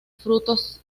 frutos